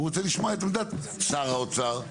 הוא רוצה לשמוע את עמדת שר האוצר.